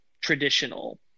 traditional